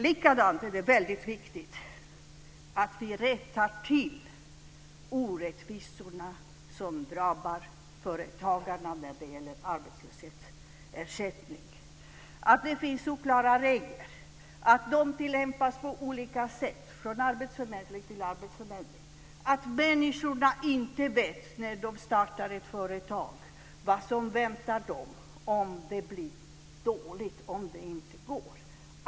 Likadant är det väldigt viktigt att vi rättar till orättvisorna som drabbar företagarna när det gäller arbetslöshetsersättning. Det finns oklara regler, och de tillämpas på olika sätt från arbetsförmedling till arbetsförmedling. Människorna vet inte när de startar ett företag vad som väntar dem om det blir dåligt och inte går.